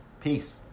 Peace